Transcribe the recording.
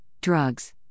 drugs